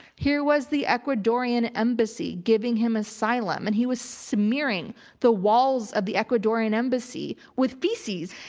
here was the ecuadorian embassy giving him asylum and he was smearing the walls of the ecuadorian embassy with feces.